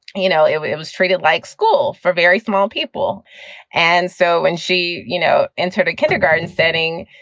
you know, it was treated like school for very small people and. so when she you know entered a kindergarten setting,